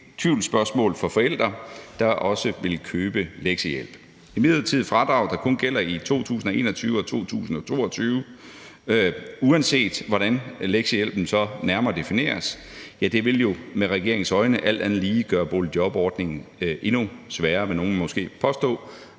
en hel del tvivlsspørgsmål fra forældre, der også vil købe lektiehjælp. Det midlertidige fradrag, der kun gælder i 2021 og 2022, uanset hvordan lektiehjælpen så nærmere defineres, vil med regeringens øjne alt andet lige gøre boligjobordningen endnu sværere, vil nogle måske påstå,